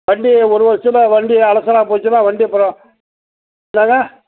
வண்டி ஒரு வருஷத்தில் வண்டி அலசலாக போச்சுனால் வண்டி அப்புறோம் என்னங்க